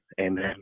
Amen